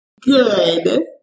Good